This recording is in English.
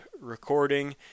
recording